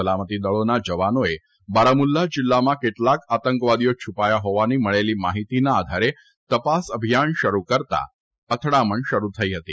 સલામતીદળોના જવાનોએ બારામુલ્લા જીલ્લામાં કેટલાક આતંકવાદીઓ છુપાયા હોવાની મળેલી માફીતીના આધારે તપાસ અભિયાન શરૂ કરતાં અથડામણ શરૂ થઇ હતી